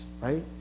right